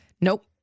Nope